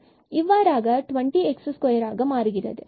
இவ்வாறாக 20x2 மாறுகிறது